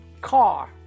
car